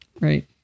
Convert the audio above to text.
Right